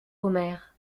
omer